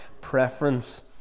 preference